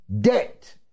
debt